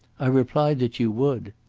i replied that you would.